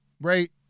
right